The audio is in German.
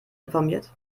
informiert